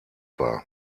war